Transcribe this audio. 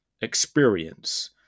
experience